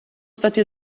stati